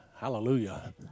Hallelujah